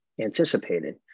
anticipated